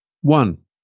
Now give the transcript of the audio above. One